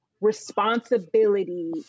responsibility